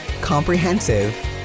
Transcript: comprehensive